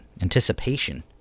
Anticipation